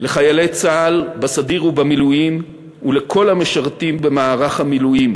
לחיילי צה"ל בסדיר ובמילואים ולכל המשרתים במערך המילואים,